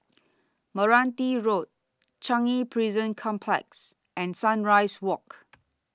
Meranti Road Changi Prison Complex and Sunrise Walk